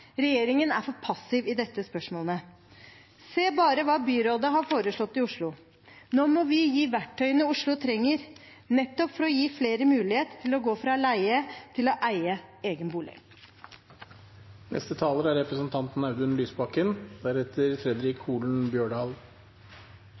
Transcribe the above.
Regjeringen er for passiv i dette spørsmålet. Se bare hva byrådet i Oslo har foreslått. Nå må vi gi Oslo verktøyene de trenger for å gi flere mulighet til å gå fra å leie til å eie egen bolig. For høyresiden er